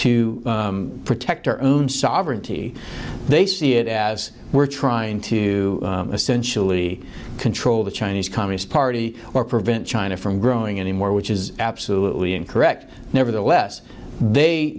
to protect our own sovereignty they see it as we're trying to essentially control the chinese communist party or prevent china from growing any more which is absolutely incorrect nevertheless they